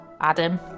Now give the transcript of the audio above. Adam